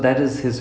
okay